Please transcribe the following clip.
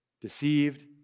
Deceived